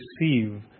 receive